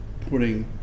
putting